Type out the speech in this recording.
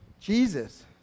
Jesus